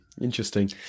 interesting